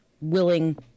willing